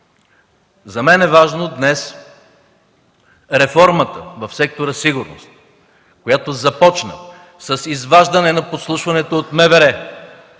За мен е важно днес реформата в сектора „Сигурност”, която започна с изваждането на подслушването от